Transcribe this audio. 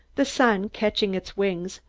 the sun, catching its wings,